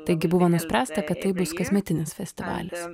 taigi buvo nuspręsta kad tai bus kasmetinis festivalis